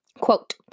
Quote